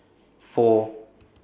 four